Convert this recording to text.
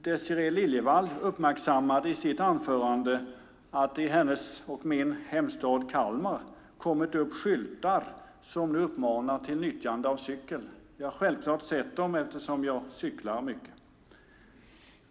Désirée Liljevall uppmärksammade i sitt anförande att det i hennes och min hemstad Kalmar kommit upp skyltar som uppmanar till nyttjande av cykel. Jag har självfallet sett dem eftersom jag cyklar mycket.